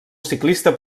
ciclista